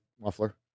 muffler